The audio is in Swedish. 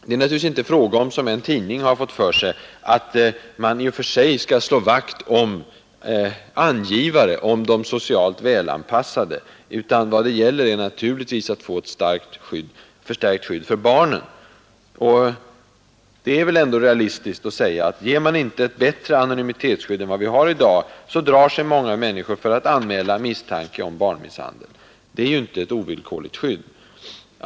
Det är naturligtvis inte fråga om — som en tidning har fått för sig — att man i och för sig skall slå vakt om angivare och om de socialt välanpassade. Vad det gäller är att få ett förstärkt skydd för barnen. Om man inte ger ett bättre anonymitetsskydd än vad vi har i dag, drar sig många människor för att anmäla misstanke om barnmisshandel. Det är ju inte ett ovillkorligt skydd.